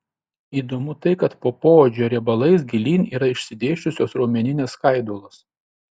įdomu tai kad po poodžio riebalais gilyn yra išsidėsčiusios raumeninės skaidulos